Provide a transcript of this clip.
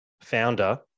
founder